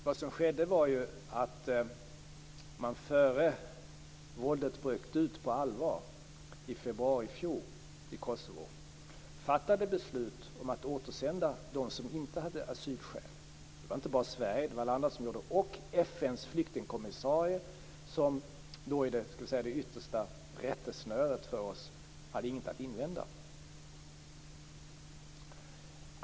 Vad som skedde var ju att man, före det att våldet i Kosovo bröt ut på allvar i februari i fjol, fattade beslut om att återsända dem som inte hade asylskäl. Det var inte bara Sverige som fattade ett sådant beslut utan alla andra länder gjorde också det, och FN:s flyktingkommissarie som då utgjorde det yttersta rättesnöret för oss hade inget att invända.